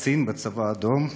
קצין בצבא האדום,